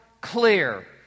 clear